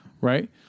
Right